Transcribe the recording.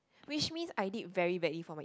which means I did very badly for my